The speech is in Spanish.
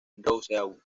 rousseau